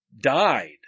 died